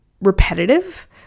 repetitive